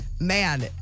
man